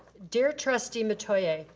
dear trustee metoyer,